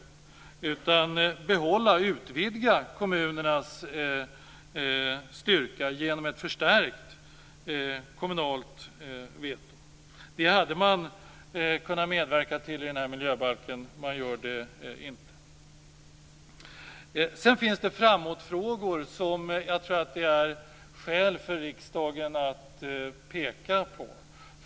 I stället gäller det att behålla och utvidga kommunernas styrka genom ett förstärkt kommunalt veto. Det hade man kunnat medverka till i den här miljöbalken men det gör man inte. Sedan finns det framåtfrågor i miljöarbetet som jag tror att det finns skäl för riksdagen att peka på.